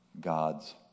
God's